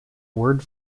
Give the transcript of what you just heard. word